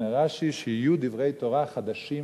אומר רש"י: שיהיו דברי תורה חדשים